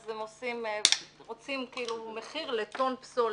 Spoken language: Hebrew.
אז רוצים כאילו מחיר לטון פסולת.